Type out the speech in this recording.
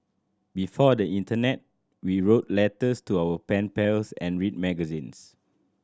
before the internet we wrote letters to our pen pals and read magazines